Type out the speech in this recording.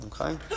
Okay